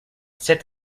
set